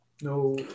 No